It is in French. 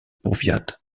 powiat